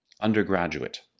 Undergraduate